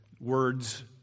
words